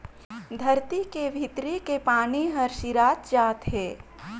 धरती के भीतरी के पानी हर सिरात जात हे